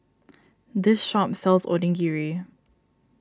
this shop sells Onigiri